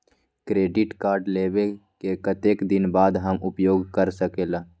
Credit card लेबे के कतेक दिन बाद हम उपयोग कर सकेला?